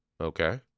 Okay